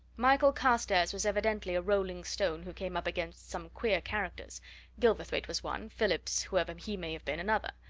michael carstairs was evidently a rolling stone who came up against some queer characters gilverthwaite was one, phillips whoever he may have been another.